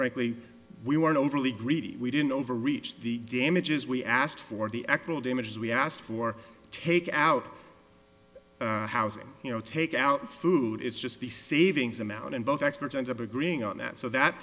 frankly we weren't overly greedy we didn't overreach the damages we asked for the echoed images we asked for take out housing you know take out food it's just the savings amount and both experts end up agreeing on that so that